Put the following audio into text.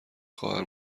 خواهر